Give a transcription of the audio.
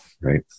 Right